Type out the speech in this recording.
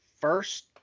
first